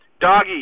doggy